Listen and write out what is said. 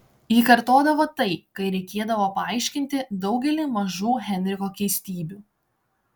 ji kartodavo tai kai reikėdavo paaiškinti daugelį mažų henriko keistybių